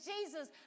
Jesus